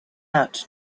out